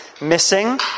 missing